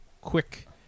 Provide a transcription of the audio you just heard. quick